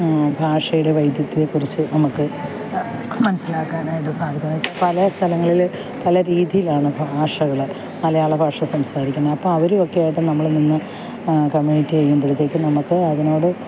ഭാഷയുടെ വൈവിധ്യത്തെ കുറിച്ച് നമുക്ക് മനസ്സിലാക്കാനായിട്ട് സാധിക്കും എന്നുവെച്ചാൽ പല സ്ഥലങ്ങളിൽ പല രീതിയിലാണ് ഭാഷകൾ മലയാളഭാഷ സംസാരിക്കുന്നത് അപ്പം അവരും ഒക്കെയായിട്ട് നമ്മൾ നിന്ന് കമ്മ്യൂണിക്കേറ്റ് ചെയ്യുമ്പോഴത്തേക്കും നമുക്ക് അതിനോട്